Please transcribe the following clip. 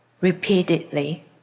repeatedly